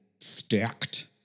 Stacked